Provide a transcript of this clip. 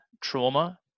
trauma